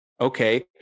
Okay